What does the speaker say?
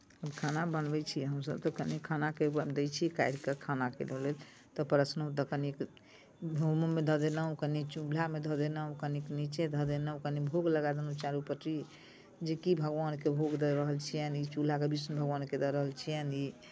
हम खाना बनबैत छियै हमसभ तऽ कनी खानाके दै छियै काढ़ि कऽ खानाके लेल तऽ परसलहुँ तऽ कनी भूमोमे धऽ देलहुँ कनी चूल्हामे धऽ देलहुँ कनिक नीचे धऽ देलहुँ कनिक भोग लगा देलहुँ चारू पट्टी जेकि भगवानके भोग लगा दऽ रहल छियनि ई चूल्हाके विष्णु भगवानके दऽ रहल छियनि ई